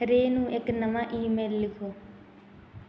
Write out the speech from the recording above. ਰੇ ਨੂੰ ਇੱਕ ਨਵਾਂ ਈਮੇਲ ਲਿਖੋ